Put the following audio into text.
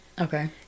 Okay